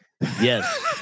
Yes